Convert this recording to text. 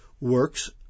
works